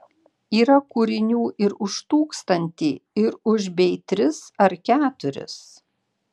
yra kūrinių ir už tūkstantį ir už bei tris ar keturis